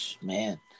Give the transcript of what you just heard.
man